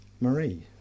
Marie